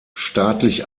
staatlich